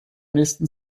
nächsten